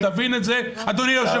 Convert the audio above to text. תבין את זה אדוני היושב-ראש.